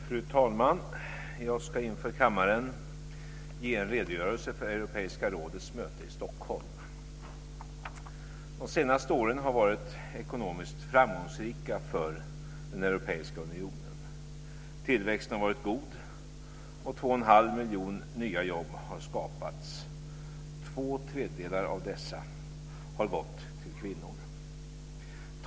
Fru talman! Jag ska inför kammaren ge en redogörelse för Europeiska rådets möte i Stockholm. De senaste åren har varit ekonomiskt framgångsrika för den europeiska unionen. Tillväxten har varit god, och 2 1⁄2 miljoner nya jobb har skapats. Två tredjedelar av dessa har gått till kvinnor.